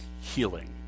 healing